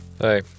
Hey